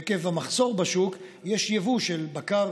עקב המחסור בשוק יש יבוא של בקר